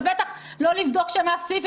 בטח לא לבדוק שם אף סעיף,